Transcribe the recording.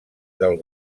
del